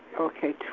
Okay